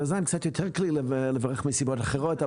את בזן קצת יותר קשה לי לברך מסיבות אחרות,